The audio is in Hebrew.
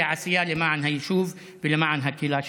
שהיא עשייה למען היישוב ולמען הקהילה שלך.